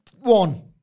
one